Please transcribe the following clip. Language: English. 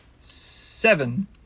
seven